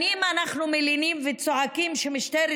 שנים אנחנו מלינים וצועקים שמשטרת